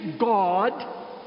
God